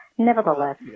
Nevertheless